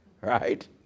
Right